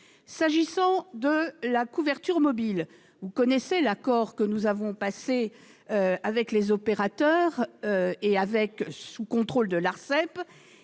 S'agissant de la couverture mobile, vous connaissez l'accord que nous avons passé avec les opérateurs, sous le contrôle de l'Autorité